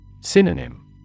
Synonym